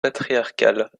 patriarcal